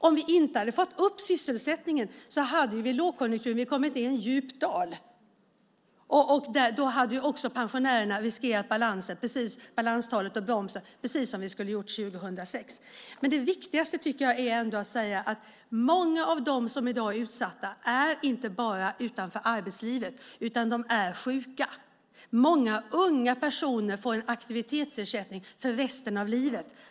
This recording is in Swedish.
Om vi inte hade fått upp sysselsättningen så hade vi i lågkonjunktur kommit ned i en djup dal, och då hade pensionärerna också drabbats genom påverkan på balanstalet och bromsen, precis som skulle ha hänt 2006. Men det viktigaste tycker jag ändå är att säga att många av dem som i dag är utsatta inte bara är utanför arbetslivet, utan de är sjuka. Många unga personer får aktivitetsersättning för resten av livet.